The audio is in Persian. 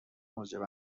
موجب